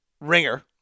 ringer